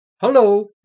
hello